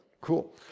Cool